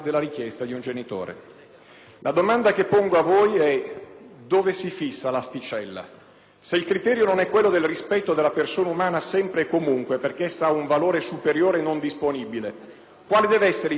La domanda che pongo a voi è: dove si fissa l'asticella? Se il criterio non è quello del rispetto della persona umana sempre e comunque, perché essa ha un valore superiore non disponibile, quale deve essere il criterio e chi lo fissa?